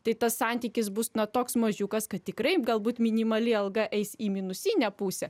tai tas santykis bus na toks mažiukas kad tikrai galbūt minimali alga eis į minusinę pusę